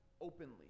openly